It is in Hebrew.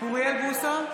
אוריאל בוסו,